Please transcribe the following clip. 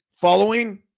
following